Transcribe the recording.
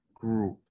group